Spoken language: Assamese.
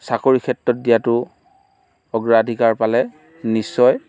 চাকৰি ক্ষেত্ৰত দিয়াতো অগ্ৰাধিকাৰ পালে নিশ্চয়